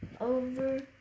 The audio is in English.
over